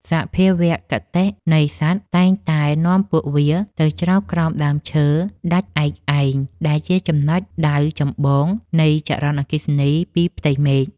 សភាវគតិនៃសត្វតែងតែនាំពួកវាទៅជ្រកក្រោមដើមឈើដាច់ឯកឯងដែលជាចំណុចដៅចម្បងនៃចរន្តអគ្គិសនីពីផ្ទៃមេឃ។